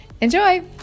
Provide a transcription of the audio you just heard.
enjoy